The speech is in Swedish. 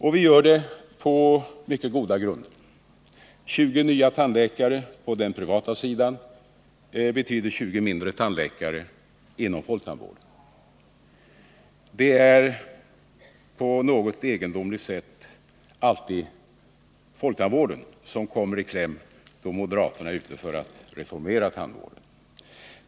Och vi gör det på mycket goda grunder. 20 nya tandläkare på den privata sidan betyder 20 tandläkare mindre inom folktandvården. Det är på något egendomligt sätt alltid folktandvården som kommer i kläm då moderaterna är ute för att reformera tandvården.